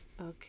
Okay